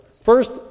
First